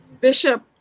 Bishop